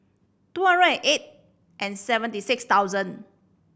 two zero eight and seventy six thousand